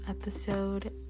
episode